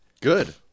Good